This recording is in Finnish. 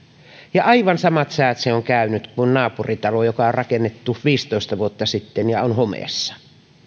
ja aivan samat säät se on läpikäynyt kuin naapuritalo joka on rakennettu viisitoista vuotta sitten ja on homeessa